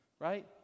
right